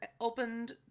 opened